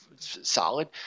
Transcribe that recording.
solid